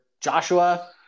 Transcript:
Joshua